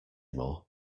more